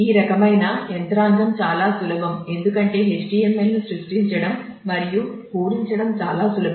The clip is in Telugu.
ఈ రకమైన యంత్రాంగం చాలా సులభం ఎందుకంటే HTML ను సృష్టించడం మరియు పూరించడం చాలా సులభం